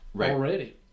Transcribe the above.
already